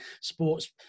sports